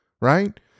right